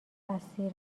اسیر